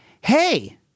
hey